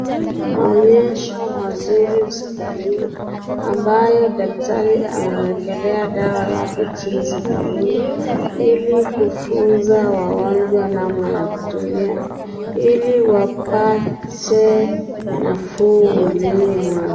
Maonyesho mazuri hospitalini ambayo daktari amewekelea dawa yake chini sakafuni Ili kumfunza wagonjwa namna ya Kutumia Ili wapate nafuu mwilini mwao.